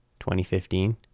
2015